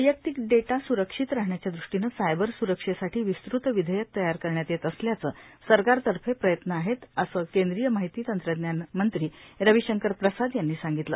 वैयक्तिक डेटा सुरक्षित राहण्याच्या दृष्टीनं सायबर सुरक्षेसाठी विस्तृत विधेयक तयार करण्यात येत असल्याचं सरकारतर्फे प्रयत्न आहेत असं केंद्रीय माहिती तंत्रज्ञान मंत्री रविशंकर प्रसाद यांनी सांगितलं